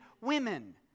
women